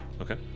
Okay